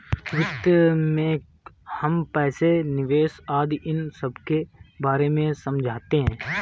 वित्त में हम पैसे, निवेश आदि इन सबके बारे में समझते हैं